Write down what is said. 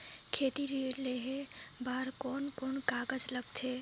खेती ऋण लेहे बार कोन कोन कागज लगथे?